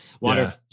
Water